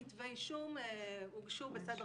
תיקים שנסגרים וכתבי אישום הוגשו בסדר